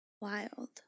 Wild